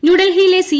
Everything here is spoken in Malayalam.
ന്യൂഡൽഹിയിലെ സി